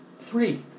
Three